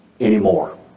anymore